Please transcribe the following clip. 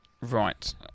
right